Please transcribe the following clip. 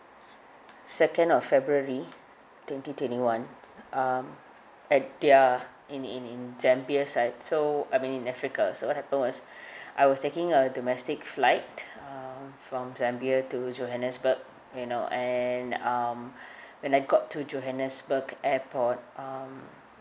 second of february twenty twenty one um at their in in in zambia side so I mean africa so what happened was I was taking a domestic flight uh from zambia to johannesburg you know and um when I got to johannesburg airport um